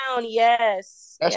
Yes